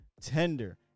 tender